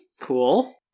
Cool